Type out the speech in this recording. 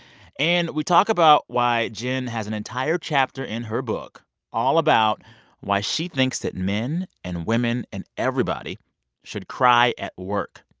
and we talk about why jen has an entire chapter in her book all about why she thinks that men and women and everybody should cry at work.